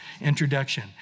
introduction